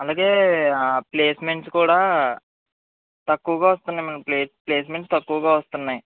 అలాగే ప్లేస్మెంట్స్ కూడా తక్కువగా వస్తున్నాయి మ్యామ్ ప్లేస్ ప్లేస్మెంట్స్ తక్కువగా వస్తున్నాయ్